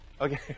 Okay